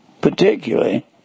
particularly